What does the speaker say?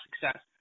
success